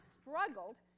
struggled